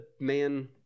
man